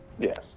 yes